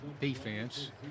defense